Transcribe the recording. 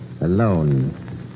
alone